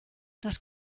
das